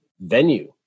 venue